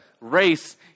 race